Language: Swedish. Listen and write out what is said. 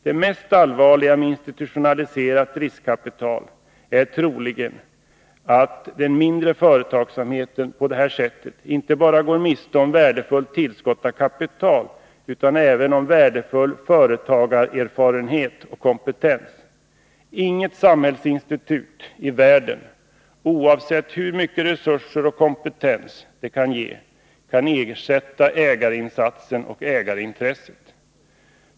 Det mest allvarliga med institutionaliserat riskkapital är troligen att den mindre företagsamheten på detta sätt går miste om inte bara värdefullt tillskott av kapital utan även värdefull företagarerfarenhet och kompetens. Inget samhällsinstitut i världen, oavsett hur mycket resurser och kompetens det ges, kan ersätta ägarinsatsen och ägarintresset.